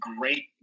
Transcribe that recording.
great